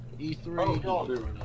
E3